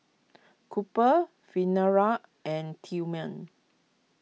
Cooper Venare and Tillman